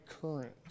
current